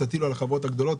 תטילו על החברות הגדולות,